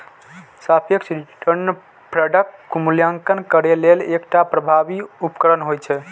सापेक्ष रिटर्न फंडक मूल्यांकन करै लेल एकटा प्रभावी उपकरण होइ छै